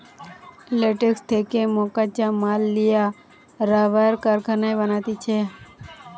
latex থেকে মকাঁচা মাল লিয়া রাবার কারখানায় বানাতিছে